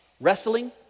Wrestling